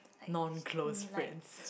non close friends